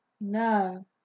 No